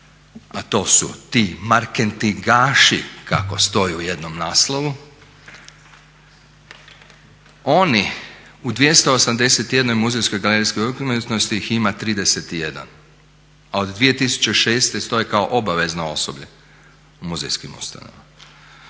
a to su ti marketingaši kako stoji u jednom naslovu. Oni u 281 muzejskoj, galerijskoj …/Govornik se ne razumije se./… ih ima 31. A od 2006. stoje kao obavezno osoblje, u muzejskim ustanovama.